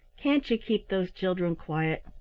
can't you keep those children quiet?